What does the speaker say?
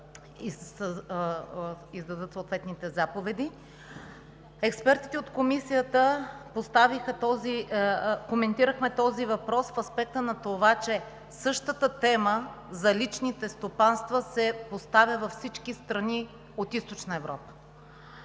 издадат съответните заповеди. С експертите от Комисията коментирахме този въпрос в аспекта на това, че същата тема – за личните стопанства, се поставя във всички страни от Източна Европа.